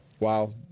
Wow